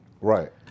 Right